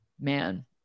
man